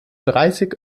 dreißig